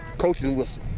coaching whistle.